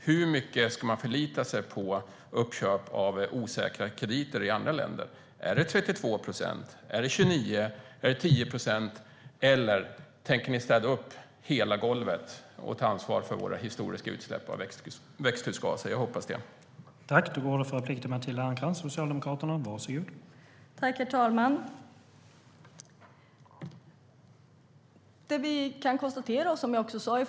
Hur mycket ska man förlita sig på uppköp av osäkra krediter i andra länder - är det 32 procent, 29 procent, 10 procent - eller tänker ni städa upp hela golvet och ta ansvar för våra historiska utsläpp av växthusgaser? Jag hoppas på det sistnämnda.